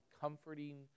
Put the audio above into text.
comforting